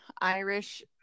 Irish